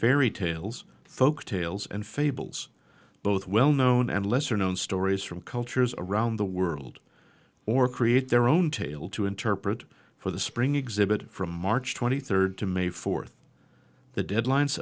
very tales folk tales and fables both well known and lesser known stories from cultures around the world or create their own tale to interpret for the spring exhibit from march twenty third to may fourth the deadlines